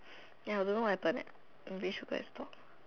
ya don't know what happen leh maybe should go and talk